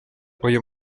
uyu